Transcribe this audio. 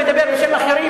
אני מדבר גם בשם אחרים,